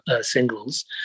singles